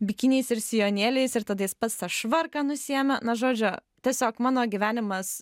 bikiniais ir sijonėliais ir tada jis pats tą švarką nusiėmė nu žodžiu tiesiog mano gyvenimas